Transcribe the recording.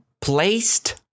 placed